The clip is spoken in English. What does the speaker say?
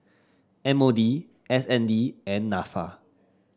M O D S N D and NAFA